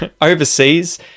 overseas